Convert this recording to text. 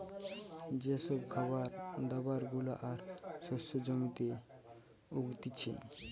যে সব খাবার দাবার গুলা আর শস্য জমিতে উগতিচে